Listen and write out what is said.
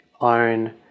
own